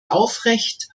aufrecht